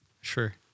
sure